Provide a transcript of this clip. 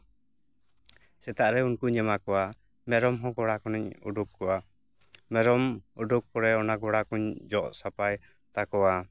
ᱥᱮᱛᱟᱜᱨᱮ ᱩᱱᱠᱩᱧ ᱮᱢᱟ ᱠᱚᱣᱟ ᱢᱮᱨᱚᱢ ᱦᱚᱸ ᱜᱚᱲᱟ ᱠᱷᱚᱱᱤᱧ ᱩᱰᱩᱠ ᱠᱚᱣᱟ ᱢᱮᱨᱚᱢ ᱩᱰᱩᱠ ᱯᱚᱨᱮ ᱚᱱᱟ ᱜᱚᱲᱟ ᱠᱩᱧ ᱡᱚᱜ ᱥᱟᱯᱷᱟᱭ ᱛᱟᱠᱚᱣᱟ